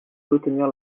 soutenir